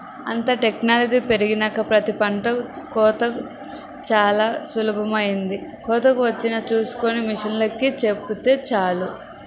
అంతా టెక్నాలజీ పెరిగినాక ప్రతి పంట కోతా చానా సులభమైపొయ్యింది, కోతకొచ్చింది చూస్కొని మిషనోల్లకి చెబితే చాలు